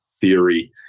theory